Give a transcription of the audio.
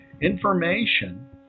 information